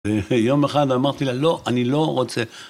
יום אחד אמרתי לה, לא, אני לא רוצה...